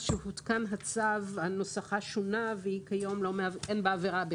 שהותקן הצו נוסחה שונה וכיום אין בה עבירה.